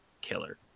killer